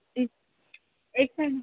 एक एक मिनिट